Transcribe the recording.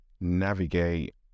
navigate